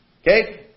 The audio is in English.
Okay